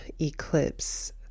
eclipse